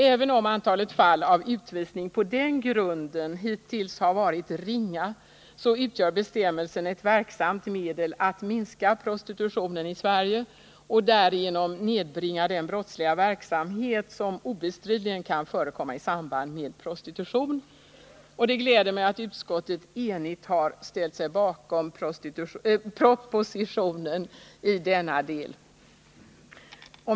Även om antalet fall av utvisning på den grunden hittills har varit ringa, utgör bestämmelsen ett verksamt medel att minska prostitutionen i Sverige och därigenom nedbringa den brottsliga verksamhet som obestridligen kan förekomma i samband med prostitution. Det glädjer mig att utskottet enigt har ställt sig bakom propositionen i denna del.